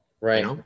Right